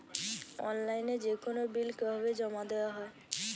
অনলাইনে যেকোনো বিল কিভাবে জমা দেওয়া হয়?